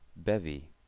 bevy